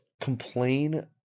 complain